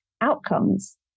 outcomes